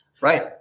right